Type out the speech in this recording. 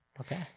Okay